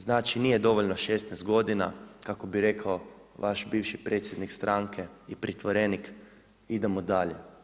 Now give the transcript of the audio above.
Znači nije dovoljno 16 g. kako bi rekao vaš bivši predsjednik stranke i pritvorenik, idemo dalje.